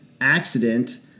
accident